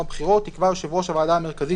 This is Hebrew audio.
הבחירות יקבע יושב ראש הוועדה המרכזית,